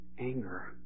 anger